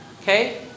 Okay